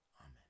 Amen